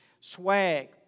SWAG